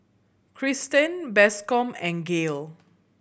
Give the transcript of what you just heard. Cristen Bascom and Gael